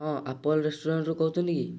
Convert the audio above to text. ହଁ ଆପଲ୍ ରେଷ୍ଟୁରାଣ୍ଟରୁ କହୁଛନ୍ତି କି